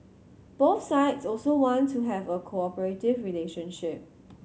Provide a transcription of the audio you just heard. both sides also want to have a cooperative relationship